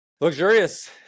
luxurious